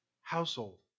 household